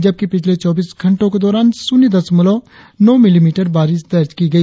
जबकि पिछले चौबीस घंटो के दौरान शून्य दशमलव नौ मिलीमीटर बारिश दर्ज की गई